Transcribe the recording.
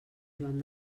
joan